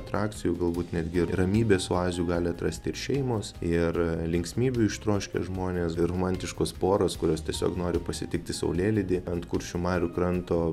atrakcijų galbūt netgi ir ramybės oazių gali atrasti ir šeimos ir linksmybių ištroškę žmonės ir romantiškos poros kurios tiesiog nori pasitikti saulėlydį ant kuršių marių kranto